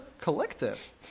collective